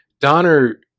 Donner